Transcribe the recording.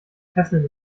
fesseln